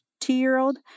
two-year-old